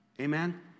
Amen